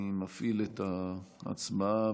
אני מפעיל את ההצבעה,